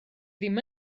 ddim